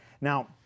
Now